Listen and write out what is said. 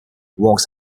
was